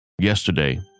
Yesterday